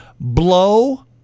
Blow